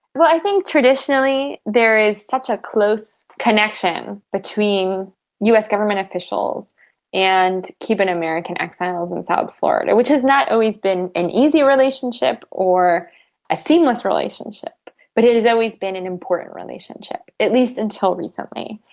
well, i think traditionally there is such a close connection between us government officials and cuban-american exiles in south florida, which has not always been an easy relationship or a seamless relationship but it has always been an important relationship, at least until recently.